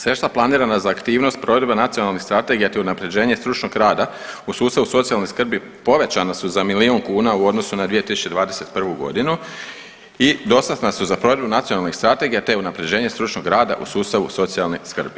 Sredstva planirana za aktivnost provedbe nacionalnih strategija, te unaprjeđenje stručnog rada u sustavu socijalne skrbi povećana su za milijun kuna u odnosu na 2021.g. i dostatna su za provedbu nacionalnih strategija, te unaprjeđenje stručnog rada u sustavu socijalne skrbi.